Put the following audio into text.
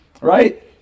Right